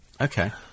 Okay